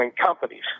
companies